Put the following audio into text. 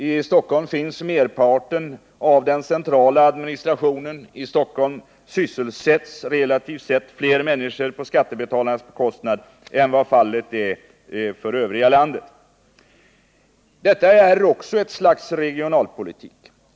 I Stockholm finns merparten av den centrala administrationen, och i Stockholm sysselsätts relativt sett fler människor på skattebetalarnas bekostnad än vad fallet är beträffande den övriga delen av landet. Detta är också ett slags regionalpolitik.